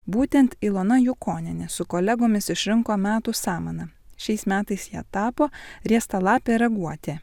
būtent ilona jukonienė su kolegomis išrinko metų samaną šiais metais ja tapo riestalapė raguotė